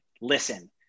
listen